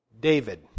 David